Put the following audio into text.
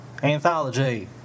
anthology